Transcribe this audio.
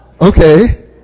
Okay